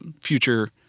future